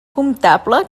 comptable